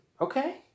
Okay